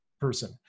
person